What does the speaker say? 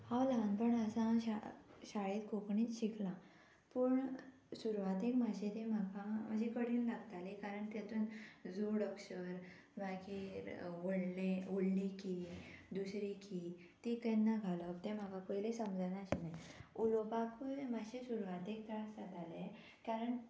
हांव ल्हानपणासान शा शाळेंत कोंकणींत शिकलां पूण सुरवातेक मातशें ती म्हाका मत्शीं कठीण लागताली कारण तेतून जोड अक्षर मागीर व्हडले व्हडली की दुसरी की ती केन्ना घालप तें म्हाका पयली समजनाशिल्ले उलोवपाकूय मात्शें सुरवातेक त्रास जाताले कारण